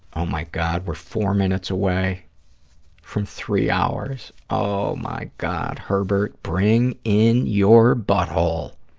oh, my god, we're four minutes away from three hours. oh, my god, herbert, bring in your butthole.